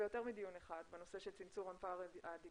ביותר מדיון אחד בנושא של צמצום הפער הדיגיטלי.